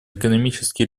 экономические